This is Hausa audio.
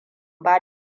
ba